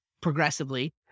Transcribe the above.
progressively